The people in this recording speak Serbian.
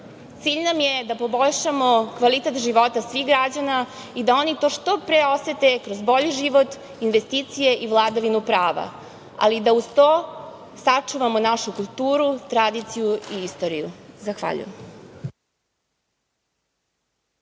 nam je da poboljšamo kvalitet života svih građana i da oni to što pre osete kroz bolji život, investicije i vladavinu prava, ali i da uz to sačuvamo našu kulturu, tradiciju i istoriju. Zahvaljujem.